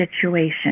situation